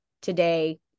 today